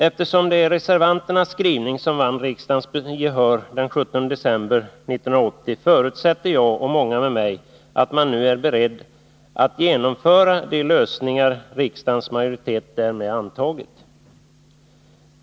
Eftersom det var reservanternas skrivning som vann riksdagens gehör den 17 december 1980 förutsätter jag och många med mig att man nu är beredd att genomföra de lösningar riksdagens majoritet därmed antagit.